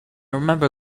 remember